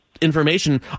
information